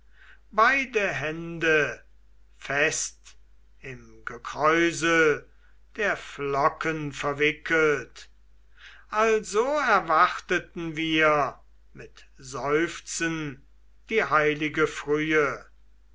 beide hände fest im gekräusel der flocken verwickelt also erwarteten wir mit seufzen die heilige frühe